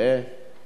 בבקשה, אדוני.